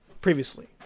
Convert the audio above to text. previously